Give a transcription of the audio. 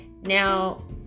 Now